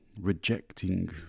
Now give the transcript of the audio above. rejecting